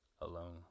alone